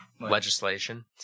Legislation